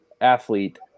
athlete